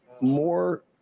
more